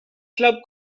club